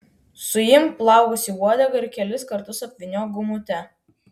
suimk plaukus į uodegą ir kelis kartus apvyniok gumute